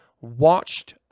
watched